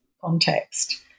context